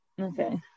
okay